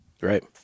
right